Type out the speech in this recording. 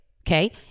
okay